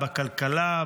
בכלכלה,